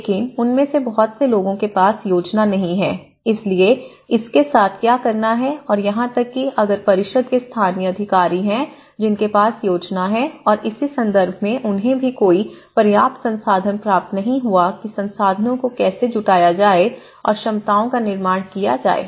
लेकिन उनमें से बहुत से लोगों के पास योजना नहीं है इसलिए इस के साथ क्या करना है और यहां तक कि अगर परिषद के स्थानीय अधिकारी हैं जिनके पास योजना है और इस संदर्भ में उन्हें भी कोई पर्याप्त संसाधन प्राप्त नहीं हुआ कि संसाधनों को कैसे जुटाया जाए और क्षमताओं का निर्माण किया जाए